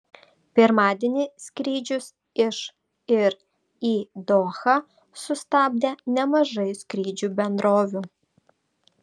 pirmadienį skrydžius iš ir į dohą sustabdė nemažai skrydžių bendrovių